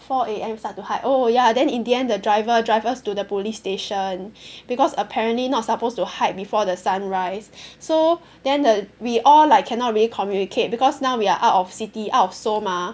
four A_M start to hike oh ya then in the end the driver drive us to the police station because apparently not supposed to hike before the sunrise so then the we all like cannot really communicate because now we are out of city out of Seoul mah